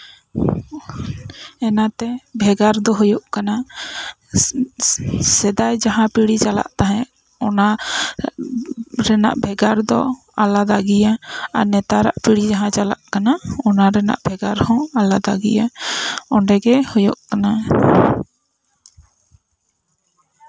ᱮᱱᱟᱛᱮ ᱵᱷᱮᱜᱟᱨ ᱫᱚ ᱦᱩᱭᱩᱜ ᱠᱟᱱᱟ ᱥᱮᱫᱟᱭ ᱡᱟᱦᱟᱸ ᱯᱤᱲᱦᱤ ᱪᱟᱞᱟᱜ ᱛᱟᱦᱮᱸᱫ ᱚᱱᱟ ᱨᱮᱱᱟᱜ ᱵᱷᱮᱜᱟᱨ ᱫᱚ ᱟᱞᱟᱫᱟ ᱜᱮᱭᱟ ᱟᱨ ᱱᱮᱛᱟᱨᱟᱜ ᱯᱤᱲᱦᱤ ᱡᱟᱦᱟᱸ ᱪᱟᱞᱟᱜ ᱠᱟᱱᱟ ᱚᱱᱟ ᱨᱮᱱᱟᱜ ᱵᱷᱮᱜᱟᱨ ᱦᱚᱸ ᱟᱞᱟᱫᱟ ᱜᱮᱭᱟ ᱚᱸᱰᱮ ᱜᱮ ᱦᱩᱭᱩᱜ ᱠᱟᱱᱟ